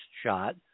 shot